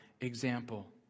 example